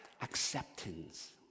acceptance